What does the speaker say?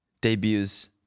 debuts